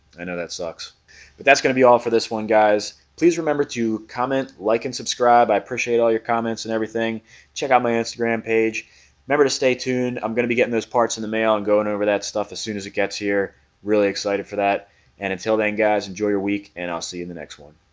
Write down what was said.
i know that sucks but that's gonna be all for this one guys. please remember to comment like and subscribe i appreciate all your comments and everything check out my instagram page remember to stay tuned i'm gonna be getting those parts in the mail and going over that stuff as soon as it gets here really excited for that and until then guys, enjoy your week and i'll see you in the next one